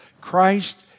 Christ